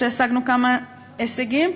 שהשגנו כמה הישגים,